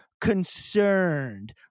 concerned